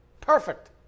Perfect